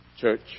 church